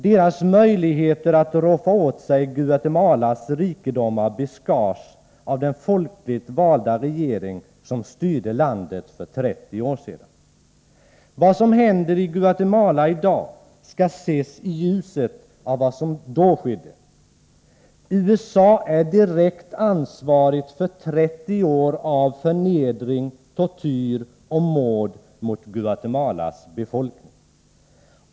Deras möjligheter att roffa åt sig Guatemalas rikedomar beskars av den folkligt valda regering som styrde landet för 30 år sedan. Vad som händer i Guatemala i dag skall ses i ljuset av vad som då skedde. USA är direkt ansvarigt för 30 år av förnedring av, tortyr av och mord på Guatemalas befolkning.